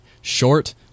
Short